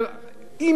אם תהיה שערורייה,